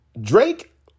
Drake